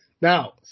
Now